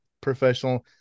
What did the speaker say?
professional